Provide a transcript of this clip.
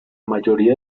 mayoría